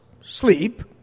sleep